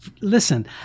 listen